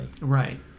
Right